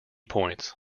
points